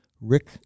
Rick